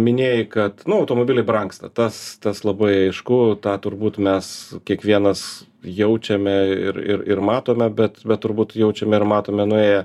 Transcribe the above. minėjai kad nu automobiliai brangsta tas tas labai aišku tą turbūt mes kiekvienas jaučiame ir ir ir matome bet bet turbūt jaučiame ir matome nuėję